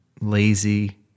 lazy